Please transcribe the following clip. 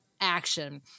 action